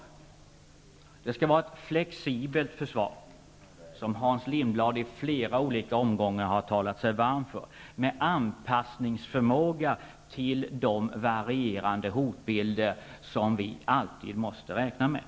För det första skall det vara ett flexibelt försvar, som Hans Lindblad i flera olika omgångar har talat sig varm för, med anspassningsförmåga till de varierande hotbilder som vi alltid måste räkna med.